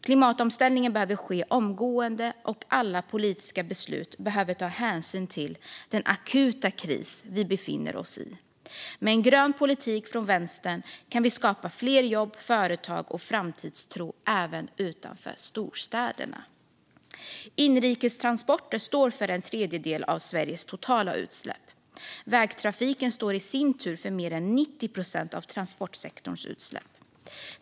Klimatomställningen behöver ske omgående, och alla politiska beslut behöver ta hänsyn till den akuta kris vi befinner oss i. Med en grön politik från Vänstern kan vi skapa fler jobb, företag och framtidstro även utanför storstäderna. Inrikestransporter står för en tredjedel av Sveriges totala utsläpp. Vägtrafiken står i sin tur för mer än 90 procent av transportsektorns utsläpp.